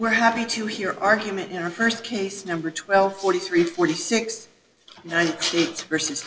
were happy to hear argument in our first case number twelve forty three forty six feet versus